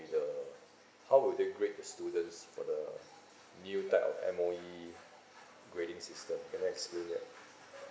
be the how would they grade the students for the new type of M_O_E grading system can you explain that